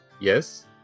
Yes